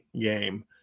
game